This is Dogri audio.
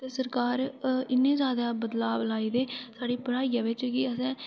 सरकार इन्नै जैदा बदलाव लाए दे साढ़ी पढाईयै बिच कि असैं